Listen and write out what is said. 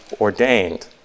ordained